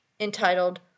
entitled